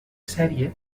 sèrie